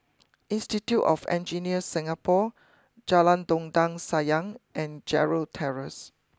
Institute of Engineers Singapore Jalan Dondang Sayang and Gerald Terrace